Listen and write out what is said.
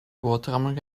boterhammen